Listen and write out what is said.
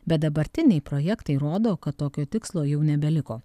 bet dabartiniai projektai rodo kad tokio tikslo jau nebeliko